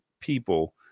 people